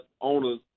owners